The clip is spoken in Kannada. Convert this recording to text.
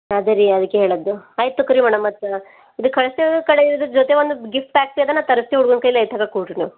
ಅದೇರಿ ಅದಕ್ಕೆ ಹೇಳಿದ್ದು ಆಯ್ತು ತೊಗೊರಿ ಮೇಡಮ್ ಮತ್ತು ಇದು ಕಳಿಸ್ತೆವು ಕಡೆ ಇದ್ರ ಜೊತೆ ಒಂದು ಗಿಫ್ಟ್ ಪ್ಯಾಕ್ಸ್ ಭಿ ಅದೆನ ತರಿಸ್ತೆವು ಹುಡ್ಗನ್ ಕೈಯಲ್ಲಿ ಆಯ್ತದ ಕೊಡ್ರಿ ನೀವು